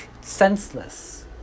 senseless